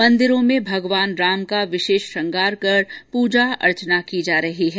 मंदिरों में भगवान राम का विशेष श्रृंगार कर पूजा अर्चना की जा रही है